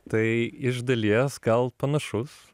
tai iš dalies gal panašus